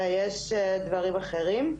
אלא יש דברים אחרים.